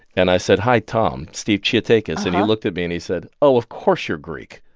and i said, hi, tom. steve chiotakis. and he looked at me. and he said, oh, of course, you're greek